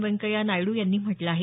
व्यंकय्या नायड्र यांनी म्हटलं आहे